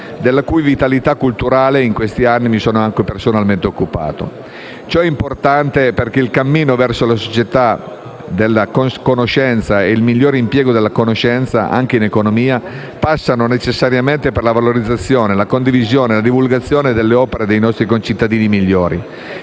della cui vitalità culturale in questi anni mi sono personalmente occupato. Ciò è importante perché il cammino verso la società della conoscenza e il miglior impiego della conoscenza, anche in economia, passano necessariamente per la valorizzazione, la condivisione e la divulgazione delle opere dei nostri concittadini migliori,